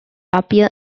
appear